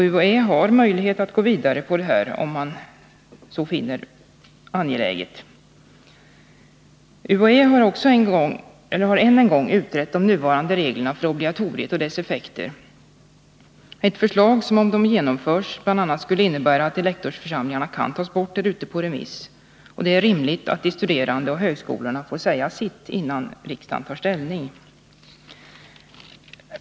UHÄ har möjlighet att gå vidare här, om man finner det angeläget. UHÄ har än en gång utrett de nuvarande reglerna för obligatoriet och dess effekter. Ett förslag, som — om det genomförs — bl.a. skulle innebära att elektorsförsamlingarna kan tas bort, är nu på remiss. Det är rimligt att de studerande och högskolorna får säga sitt innan riksdagen tar ställning.